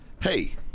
Hey